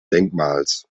denkmals